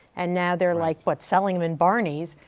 and now they're like, but selling them in barney's.